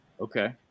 okay